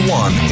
one